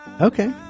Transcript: Okay